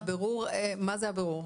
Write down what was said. מה זה הבירור?